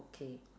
okay